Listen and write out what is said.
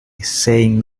saying